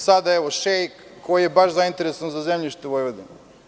Sada evo šeik koji je baš zainteresovan za zemljište Vojvodine.